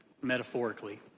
metaphorically